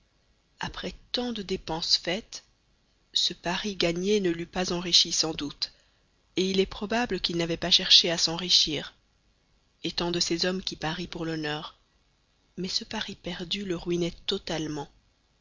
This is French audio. après tant de dépenses faites ce pari gagné ne l'eût pas enrichi sans doute et il est probable qu'il n'avait pas cherché à s'enrichir étant de ces hommes qui parient pour l'honneur mais ce pari perdu le ruinait totalement